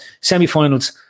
Semi-finals